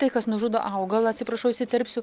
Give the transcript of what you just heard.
tai kas nužudo augalą atsiprašau įsiterpsiu